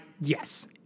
Yes